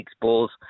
balls